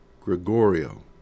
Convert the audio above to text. Gregorio